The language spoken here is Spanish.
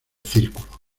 círculo